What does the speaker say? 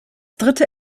dritte